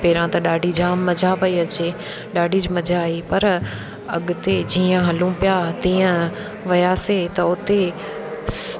पहिरां त ॾाढी जाम मज़ा पई अचे ॾाढी मज़ा आई पर अॻिते जीअं हलूं पिया तीअं वियासीं त उते